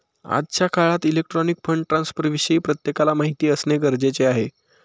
आजच्या काळात electronic fund ट्रान्स्फरविषयी प्रत्येकाला माहिती असणे गरजेचे आहे